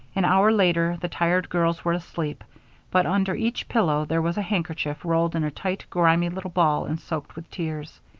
an hour later the tired girls were asleep but under each pillow there was a handkerchief rolled in a tight, grimy little ball and soaked with tears.